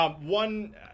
One